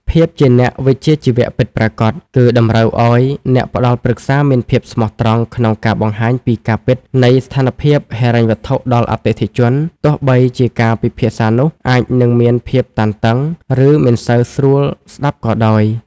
ភាពជាអ្នកវិជ្ជាជីវៈពិតប្រាកដ គឺតម្រូវឱ្យអ្នកផ្ដល់ប្រឹក្សាមានភាពស្មោះត្រង់ក្នុងការបង្ហាញពីការពិតនៃស្ថានភាពហិរញ្ញវត្ថុដល់អតិថិជន ទោះបីជាការពិភាក្សានោះអាចនឹងមានភាពតានតឹង ឬមិនសូវស្រួលស្ដាប់ក៏ដោយ។